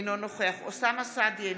אינו נוכח אוסאמה סעדי,